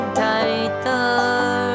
tighter